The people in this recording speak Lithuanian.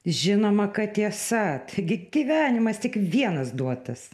žinoma kad tiesa taigi gyvenimas tik vienas duotas